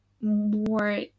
more